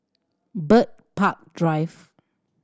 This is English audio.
Bird Park Drive